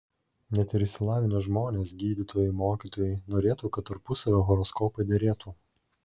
net ir išsilavinę žmonės gydytojai mokytojai norėtų kad tarpusavio horoskopai derėtų